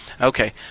Okay